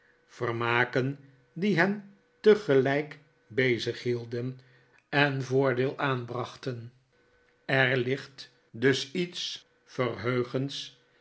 vermaken die hen tegelijk bezighielden en voordeel aanbrachten er ligt dus iets